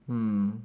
mm